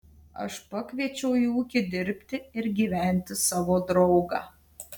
aš pakviečiau į ūkį dirbti ir gyventi savo draugą